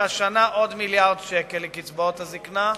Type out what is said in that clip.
והשנה עוד מיליארד שקל לקצבאות הזיקנה,